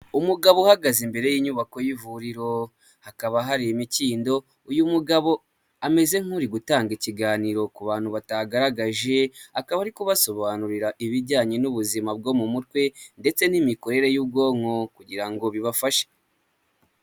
Umugabo uhagaze imbere y'inyubako y'ivuriro hakaba hari imikindo. Uyu mugabo ameze nk'uri gutanga ikiganiro ku bantu batagaragaje, akaba ari kubasobanurira ibijyanye n'ubuzima bwo mu mutwe ndetse n'imikorere y'ubwonko kugira ngo bibafashe.